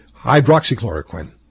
hydroxychloroquine